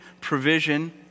provision